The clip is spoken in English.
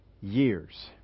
years